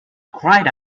cried